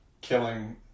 killing